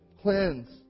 cleanse